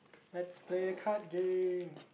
let's play card game